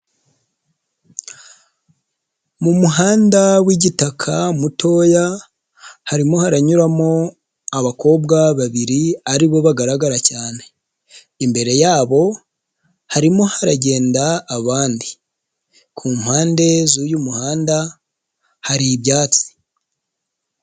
Mu muhanda w'igitaka mutoya, harimo haranyuramo abakobwa babiri aribo bagaragara cyane, imbere yabo harimo haragenda abandi, ku mpande z'uyu muhanda hari ibyatsi.